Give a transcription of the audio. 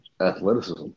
Athleticism